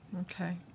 Okay